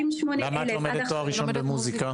למה את לומדת תואר ראשון במוזיקה?